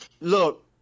look